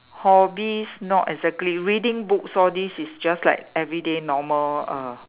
hobbies not exactly reading books all this is just like everyday normal uh